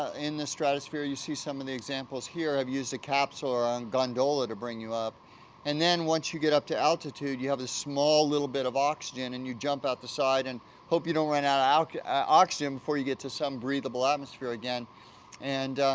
in the stratosphere you see some of the examples here of use a capsule or a gondola to bring you up and then once you get up to altitude you have this small little bit of oxygen and you jump out the side and hope you don't run out of oxygen before you get to some breathable atmosphere again and,